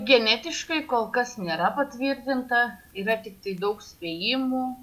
genetiškai kol kas nėra patvirtinta yra tiktai daug spėjimų